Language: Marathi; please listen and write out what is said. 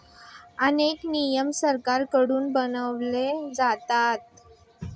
अनेक नियम सरकारकडून बनवले जातात